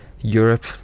Europe